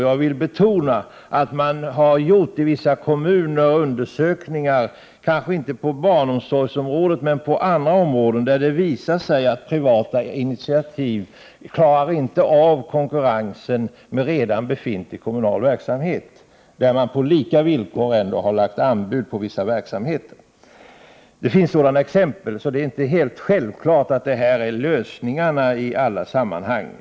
Jag vill betona att man i vissa kommuner har gjort undersökningar på andra områden än barnomsorgen, där det visat sig att privata initiativ inte klarar av konkurrensen med redan befintlig kommunal verksamhet när man på lika villkor lägger anbud på vissa verksamheter. Det finns sådana exempel, så det är inte helt självklart att detta är lösningen i alla sammanhang.